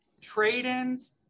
trade-ins